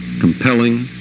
compelling